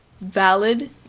valid